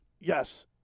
Yes